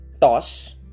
toss